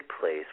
place